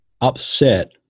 upset